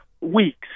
weeks